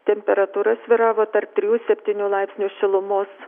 temperatūra svyravo tarp trijų septynių laipsnių šilumos